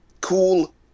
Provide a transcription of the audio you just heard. cool